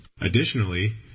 Additionally